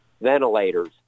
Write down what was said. ventilators